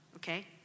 Okay